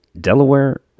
Delaware